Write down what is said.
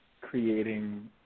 creating